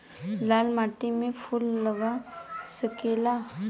लाल माटी में फूल लाग सकेला?